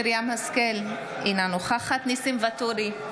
אינה נוכחת ניסים ואטורי,